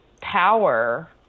power